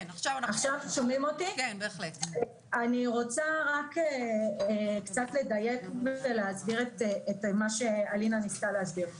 אני רוצה רק קצת לדייק ולהסביר את מה שאלינה ניסתה להסביר.